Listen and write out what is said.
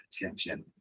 attention